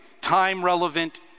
time-relevant